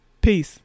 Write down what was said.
Peace